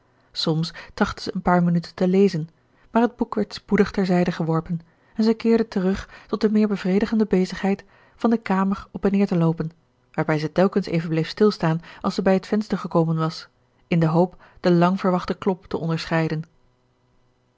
soms trachtte ze een paar minuten te lezen maar het boek werd spoedig terzijde geworpen en zij keerde terug tot de meer bevredigende bezigheid van de kamer op en neer te loopen waarbij ze telkens even bleef stilstaan als zij bij het venster gekomen was in de hoop den langverwachten klop te onderscheiden